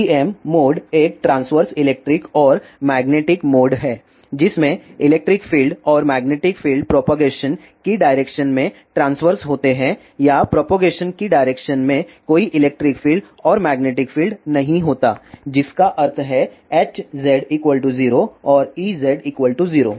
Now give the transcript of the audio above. TEM mode एक transverse electric और magnetic mode है जिसमें इलेक्ट्रिक फील्ड और मैग्नेटिक फील्ड प्रोपागेशन की डायरेक्शन में ट्रांस्वर्स होते हैं या प्रोपागेशन की डायरेक्शन में कोई इलेक्ट्रिक फील्ड और मैग्नेटिक फील्ड नहीं होता है जिसका अर्थ है Hz 0 और Ez 0